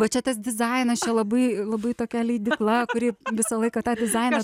va čia tas dizainas čia labai labai tokia leidykla kuri visą laiką tą dizainą